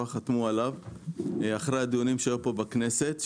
חתמו עליו אחרי הדיונים שהיו פה בכנסת,